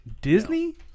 Disney